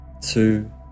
two